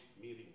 meeting